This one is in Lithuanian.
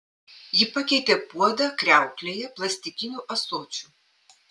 ji pakeitė puodą kriauklėje plastikiniu ąsočiu